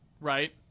right